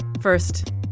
First